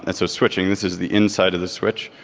and so switching. this is the inside of the switch.